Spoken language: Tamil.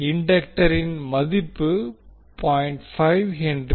இண்டக்டரின் மதிப்பு 0